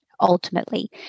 ultimately